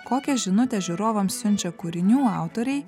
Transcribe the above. kokią žinutę žiūrovams siunčia kūrinių autoriai